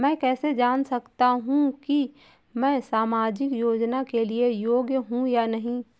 मैं कैसे जान सकता हूँ कि मैं सामाजिक योजना के लिए योग्य हूँ या नहीं?